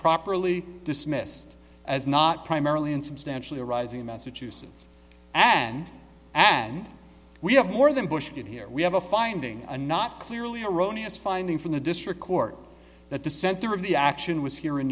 properly dismissed as not primarily insubstantial arising in massachusetts and and we have more than bush did here we have a finding a not clearly erroneous finding from the district court that the center of the action was here in